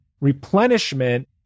replenishment